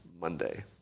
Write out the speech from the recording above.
Monday